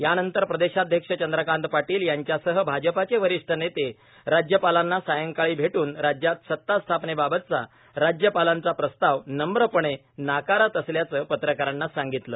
यानंतर प्रदेशाध्यक्ष चंद्रकांत पाटील यांच्यासह भाजपाचे वरिष्ठ नेते राज्यपालांना सायकाळी भेटून राज्यात सता स्थापनेबाबतचा राज्यपालांचा प्रस्ताव नम्रपणे नकारत असल्याचं पत्रकारांना सांगितलं